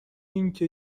اینکه